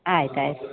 ಆಯ್ತು ಆಯ್ತು